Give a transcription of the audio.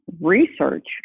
Research